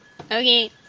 Okay